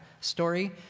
story